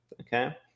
Okay